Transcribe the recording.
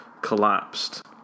collapsed